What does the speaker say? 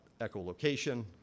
echolocation